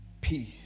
Peace